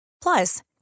Plus